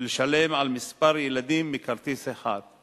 לשלם על כמה ילדים בכרטיס אחד,